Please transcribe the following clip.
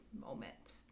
moment